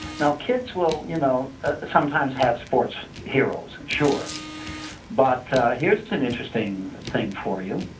now kids will you know ah sometimes have sports heroes sure but here is an interesting thing for you,